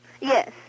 Yes